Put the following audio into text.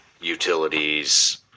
utilities